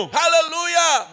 hallelujah